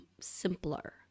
simpler